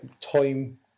time